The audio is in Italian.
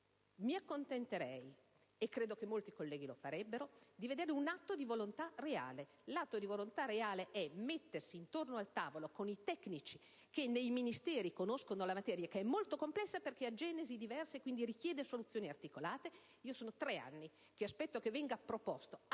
Mi accontenterei - e credo che molti colleghi lo farebbero - di vedere un atto di volontà reale, di mettersi cioè intorno ad un tavolo con i tecnici che nei Ministeri conoscono la materia, che è molto complessa perché ha genesi diverse e quindi richiede soluzioni articolate. Sono tre anni che aspetto che sia proposto,